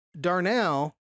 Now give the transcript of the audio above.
Darnell